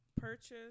purchase